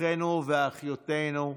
אחינו ואחיותינו,